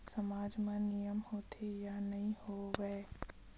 सामाज मा नियम होथे या नहीं हो वाए?